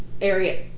area